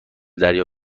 دریا